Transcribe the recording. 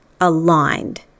aligned